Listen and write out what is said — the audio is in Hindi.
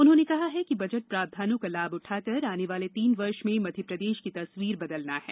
उन्होंने कहा है कि बजट प्रावधानों का लाभ उठाकर आने वाले तीन वर्ष में मध्यप्रदेश की तस्वीर बदलना है